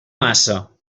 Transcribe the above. massa